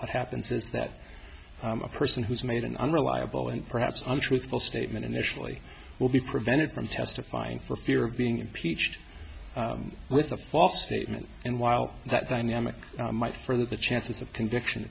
what happens is that a person who's made an unreliable and perhaps untruthful statement initially will be prevented from testifying for fear of being impeached with a false statement and while that in yemen might further the chances of conviction